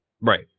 Right